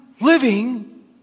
living